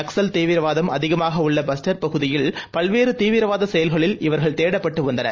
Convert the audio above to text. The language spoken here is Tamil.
நக்ஸல் தீவிரவாதம் அதிகமாகஉள்ள பஸ்டர் பகுதியில் பல்வேறுதீவிரவாதசெயல்களில் இவர்கள் தேடப்பட்டுவந்தனர்